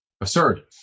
assertive